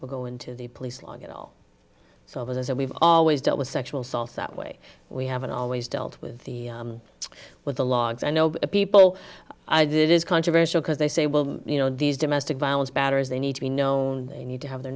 into go into the police long at all so there's a we've always dealt with sexual assaults that way we haven't always dealt with the with the logs i know but the people i did it is controversial because they say well you know these domestic violence batters they need to be known they need to have their